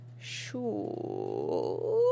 Sure